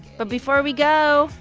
but before we go,